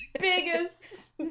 biggest